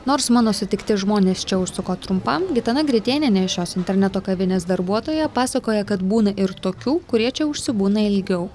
nors mano sutikti žmonės čia užsuko trumpam gitana gritėnienė šios interneto kavinės darbuotoja pasakoja kad būna ir tokių kurie čia užsibūna ilgiau